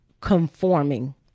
conforming